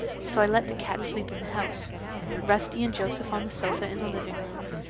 so i let the cats sleep in the house rusty and joseph on the sofa in the living-room,